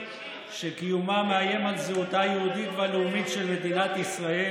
שקיומה מאיים על זהותה היהודית והלאומית של מדינת ישראל,